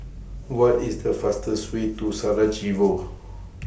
What IS The fastest Way to Sarajevo